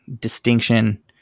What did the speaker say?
distinction